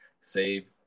save